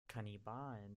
kannibalen